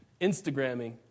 Instagramming